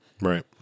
Right